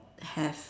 have